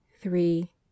three